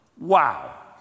Wow